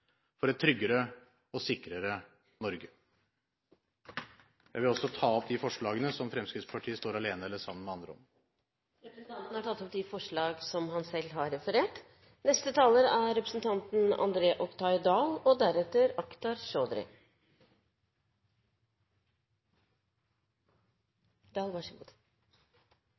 for et tryggere og sikrere Norge. Jeg vil også ta opp de forslagene som Fremskrittspartiet står alene om eller sammen med andre om. Representanten Anundsen har tatt opp de forslag han refererer til. Presidenten kan bare beklage at det er